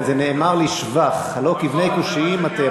זה נאמר לשבח, "הלוא כבני כֻּשיים אתם".